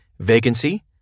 Vacancy